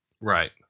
Right